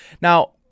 Now